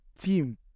team